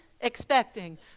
expecting